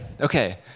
Okay